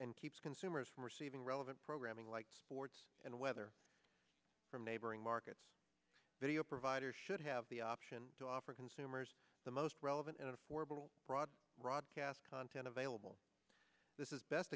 and keeps consumers from receiving relevant programming like sports and whether from neighboring markets video providers should have the option to offer consumers the most relevant and affordable broadcast content available this is best